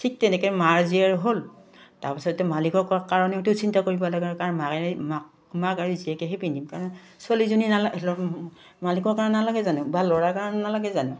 ঠিক তেনেকৈ মাৰ জীয়েৰ হ'ল তাৰপাছতে মালিকৰ কাৰণেওতো চিন্তা কৰিব লাগে আৰু কাৰণ মায়েৰে মাক মাক আৰু জীয়কেহে পিন্ধিম কাৰণ ছোৱালীজনী নালাগ মালিকৰ কাৰণে নালাগে জানো বা ল'ৰাৰ কাৰণে নালাগে জানো